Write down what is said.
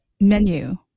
menu